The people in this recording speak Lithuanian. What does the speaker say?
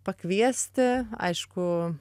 pakviesti aišku